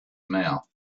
mouth